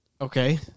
Okay